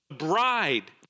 bride